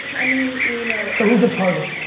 i mean you know so, who's the target?